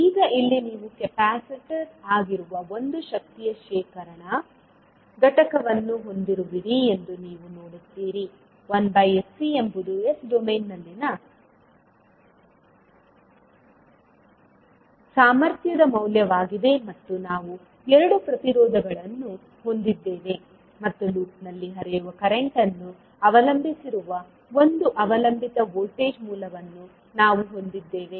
ಈಗ ಇಲ್ಲಿ ನೀವು ಕೆಪಾಸಿಟರ್ ಆಗಿರುವ ಒಂದು ಶಕ್ತಿಯ ಶೇಖರಣಾ ಘಟಕವನ್ನು ಹೊಂದಿರುವಿರಿ ಎಂದು ನೀವು ನೋಡುತ್ತೀರಿ 1sC ಎಂಬುದು s ಡೊಮೇನ್ನಲ್ಲಿನ ಸಾಮರ್ಥ್ಯದ ಮೌಲ್ಯವಾಗಿದೆ ಮತ್ತು ನಾವು 2 ಪ್ರತಿರೋಧಗಳನ್ನು ಹೊಂದಿದ್ದೇವೆ ಮತ್ತು ಲೂಪ್ನಲ್ಲಿ ಹರಿಯುವ ಕರೆಂಟ್ ಅನ್ನು ಅವಲಂಬಿಸಿರುವ ಒಂದು ಅವಲಂಬಿತ ವೋಲ್ಟೇಜ್ ಮೂಲವನ್ನು ನಾವು ಹೊಂದಿದ್ದೇವೆ